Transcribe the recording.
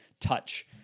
touch